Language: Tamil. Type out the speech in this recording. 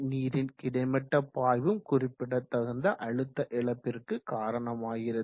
நீரின் கிடைமட்ட பாய்வும் குறிப்பிடத்தகுந்த அழுத்த இழப்பிற்கு காரணமாகிறது